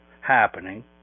happening